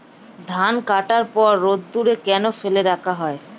ধান কাটার পর রোদ্দুরে কেন ফেলে রাখা হয়?